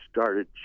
started